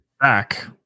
back